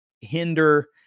hinder